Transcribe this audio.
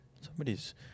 somebody's